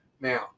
now